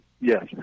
Yes